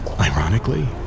Ironically